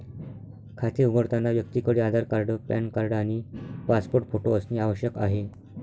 खाते उघडताना व्यक्तीकडे आधार कार्ड, पॅन कार्ड आणि पासपोर्ट फोटो असणे आवश्यक आहे